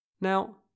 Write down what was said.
Now